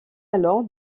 alors